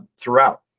throughout